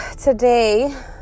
today